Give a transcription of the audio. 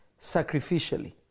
sacrificially